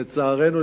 לצערנו,